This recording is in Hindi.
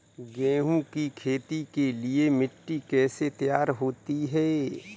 गेहूँ की खेती के लिए मिट्टी कैसे तैयार होती है?